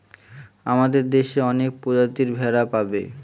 আমাদের দেশে অনেক প্রজাতির ভেড়া পাবে